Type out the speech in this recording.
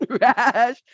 rash